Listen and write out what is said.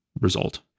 result